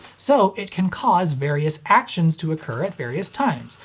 so, it can cause various actions to occur at various times,